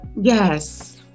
Yes